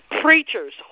Preachers